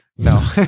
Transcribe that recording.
No